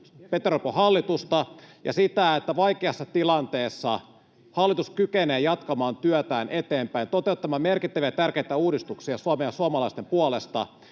ja sitä, että vaikeassa tilanteessa hallitus kykenee jatkamaan työtään eteenpäin ja toteuttamaan merkittäviä ja tärkeitä uudistuksia Suomen ja suomalaisten puolesta.